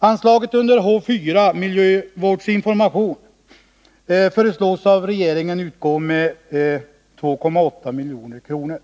Anslaget under H 4. Miljövårdsinformation föreslås av regeringen utgå med 2,8 milj.kr.